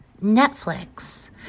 Netflix